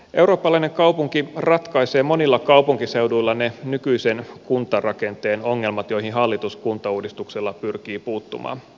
eurooppalainen kaupunki ratkaisee monilla kaupunkiseuduilla ne nykyisen kuntarakenteen ongelmat joihin hallitus kuntauudistuksella pyrkii puuttumaan